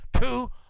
two